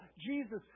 Jesus